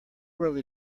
early